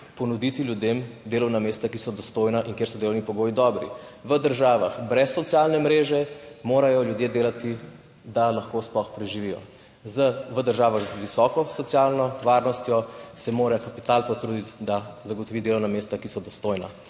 ponuditi ljudem delovna mesta, ki so dostojna in kjer so delovni pogoji dobri. V državah brez socialne mreže morajo ljudje delati, da lahko sploh preživijo. V državah z visoko socialno varnostjo se mora kapital potruditi, da zagotovi delovna mesta, ki so dostojna.